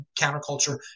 counterculture